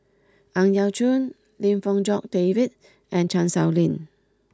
Ang Yau Choon Lim Fong Jock David and Chan Sow Lin